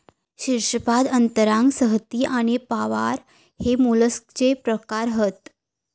शीर्शपाद अंतरांग संहति आणि प्रावार हे मोलस्कचे प्रकार हत